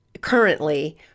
currently